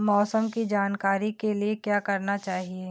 मौसम की जानकारी के लिए क्या करना चाहिए?